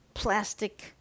plastic